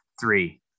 three